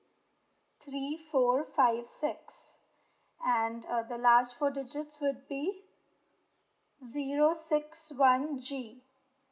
three four five six and uh the last four digits would be zero six one G